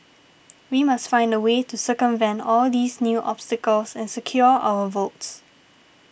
we must find a way to circumvent all these new obstacles and secure our votes